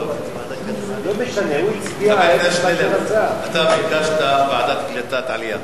חבר הכנסת שנלר, אתה ביקשת ועדת קליטת עלייה.